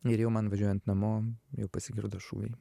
ir jau man važiuojant namo jau pasigirdo šūviai